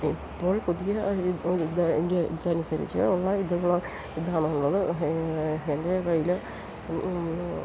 ഇപ്പോൾ പുതിയ ഇതനുസരിച്ച് ഉള്ള ഇതുള്ള ഇതാണുള്ളത് എൻ്റെ കൈയ്യില്